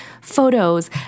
photos